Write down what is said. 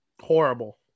Horrible